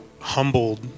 humbled